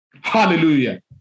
Hallelujah